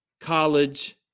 college